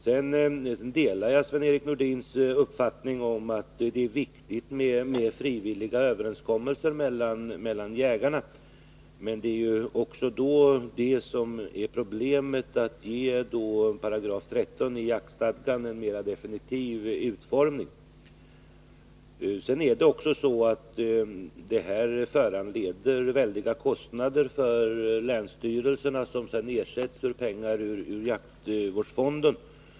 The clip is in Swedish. Jag delar Sven-Erik Nordins uppfattning att det är viktigt med frivilliga överenskommelser mellan jägarna. Men problemet är också att ge 13 § i jaktstadgan en mer definitiv utformning. Det blir väldiga kostnader för länsstyrelserna, som ersätts med pengar ur viltskaderegleringsfonden.